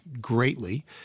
greatly